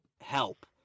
help